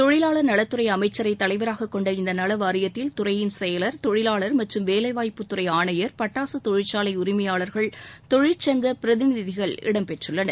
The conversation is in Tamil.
தொழிலாளர் நலத்துறை அமைச்சரை தலைவராக கொண்ட இந்த நல வாரியத்தில் துறையின் செயலர் தொழிலாளர் மற்றும் வேலைவாய்ப்புத்துறை ஆணையர் பட்டாசு தொழிற்சாலை உரிமையாளர்கள் தொழிற்சங்க பிரதிநிதிகள் இடம்பெற்றுள்ளனர்